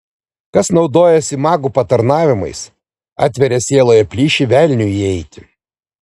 kas naudojasi magų patarnavimais atveria sieloje plyšį velniui įeiti